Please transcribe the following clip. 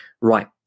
right